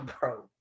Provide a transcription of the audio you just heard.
bro